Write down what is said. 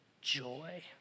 joy